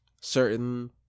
certain